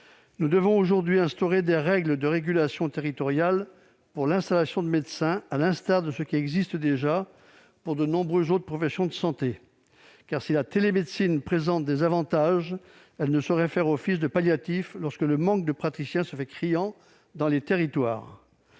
Nous devons aujourd'hui instaurer des règles de régulation territoriale pour l'installation des médecins, à l'instar de ce qui existe déjà pour de nombreuses autres professions de santé, car, si la télémédecine présente des avantages, elle ne saurait faire office de palliatif lorsque le manque de praticiens se fait criant dans les territoires.